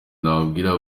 nababwira